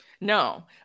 no